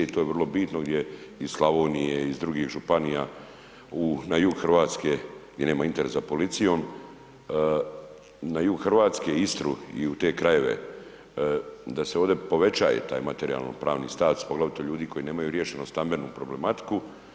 I to je vrlo bitno gdje iz Slavonije, iz drugih županija na jug Hrvatske, gdje nema interes za policijom, na jug Hrvatske, Istru i u te krajeva da se ovdje povećaje taj materijalno pravni status, poglavito ljudi koji nemaju riješenu stambenu problematiku.